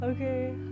Okay